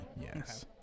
yes